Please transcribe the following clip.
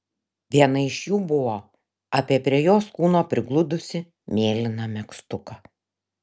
viena iš jų buvo apie prie jos kūno prigludusį mėlyną megztuką